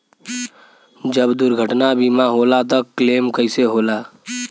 जब दुर्घटना बीमा होला त क्लेम कईसे होला?